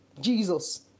Jesus